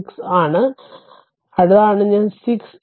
6 അതാണ് ഞാൻ 6